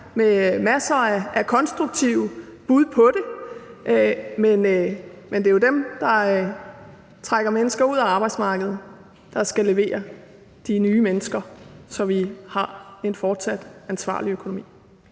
med masser af konstruktive bud på det, men det er jo dem, der trækker mennesker ud af arbejdsmarkedet, der skal levere de nye mennesker, så vi har en fortsat ansvarlig økonomi.